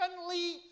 constantly